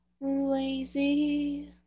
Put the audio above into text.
lazy